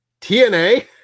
TNA